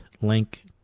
link